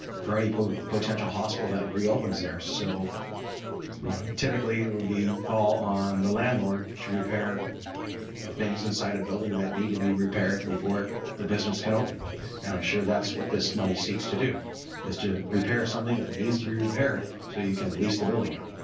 for any potential hospital that reopens there so you know typically it would fall on the landlord to repair things inside a building that need to be repaired before the business can open and i'm sure that's what this money seeks to do is to repair something that needs to be repaired so you can lease the building out.